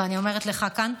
ואני אומרת לך כאן,